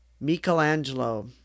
Michelangelo